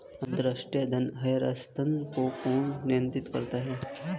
अंतर्राष्ट्रीय धन हस्तांतरण को कौन नियंत्रित करता है?